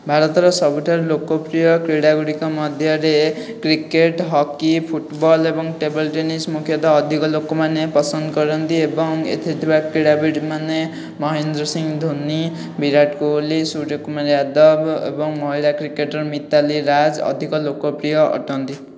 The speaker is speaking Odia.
ଭାରତର ସବୁଠାରୁ ଲୋକପ୍ରିୟ କ୍ରୀଡ଼ା ଗୁଡ଼ିକ ମଧ୍ୟରେ କ୍ରିକେଟ ହକି ଫୁଟବଲ ଏବଂ ଟେବଲ୍ ଟେନିସ୍ ମୁଖ୍ୟତଃ ଅଧିକ ଲୋକମାନେ ପସନ୍ଦ କରନ୍ତି ଏବଂ ଏଥିରେ ଥିବା କ୍ରୀଡ଼ାବିତ ମାନେ ମହେନ୍ଦ୍ର ସିଂ ଧୋନି ବିରାଟ କୋହଲି ସୂର୍ଯ୍ୟ କୁମାର ୟାଦବ ଏବଂ ମହିଳା କ୍ରିକେଟର ମିତାଲି ରାଜ୍ ଅଧିକ ଲୋକପ୍ରିୟ ଅଟନ୍ତି